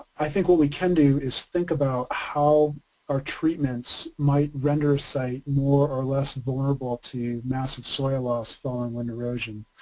i think what we can do is think about how our treatments might render a site more or less vulnerable to massive soil loss following wind erosion.